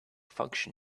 function